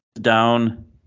down